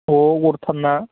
अ गरथाम ना